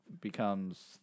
becomes